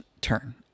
turn